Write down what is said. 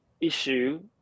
issue